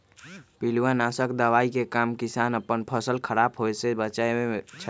पिलुआ नाशक दवाइ के काम किसान अप्पन फसल ख़राप होय् से बचबै छइ